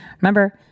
Remember